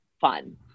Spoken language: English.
fun